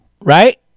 right